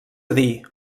dir